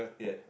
yeah